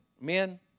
Men